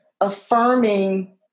affirming